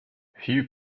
few